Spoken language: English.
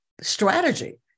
strategy